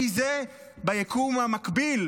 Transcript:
כי ביקום המקביל,